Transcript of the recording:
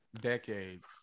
Decades